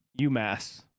UMass